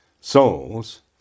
souls